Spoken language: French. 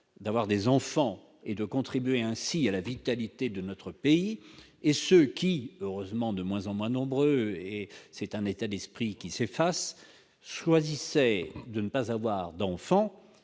d'avoir des enfants et de contribuer ainsi à la vitalité de notre pays et ceux qui- heureusement, ils sont de moins en moins nombreux ; c'est d'ailleurs un état d'esprit qui s'efface -, choisissent de ne pas avoir d'enfant